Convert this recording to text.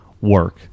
work